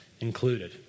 included